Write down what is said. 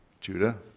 Judah